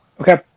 Okay